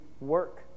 work